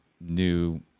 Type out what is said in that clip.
new